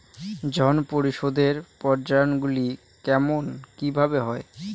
ঋণ পরিশোধের পর্যায়গুলি কেমন কিভাবে হয়?